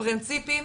פרנציפים